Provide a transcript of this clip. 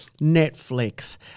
Netflix